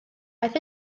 aeth